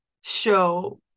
show